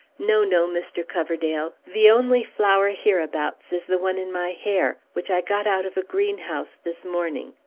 no, no, mr. coverdale the only flower hereabouts is the one in my hair, which i got out of a greenhouse this morning.